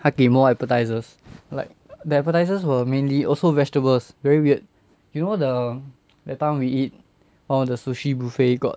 他给 more appetisers like the appetisers were mainly also vegetables very weird you know the that time we eat all the sushi buffet got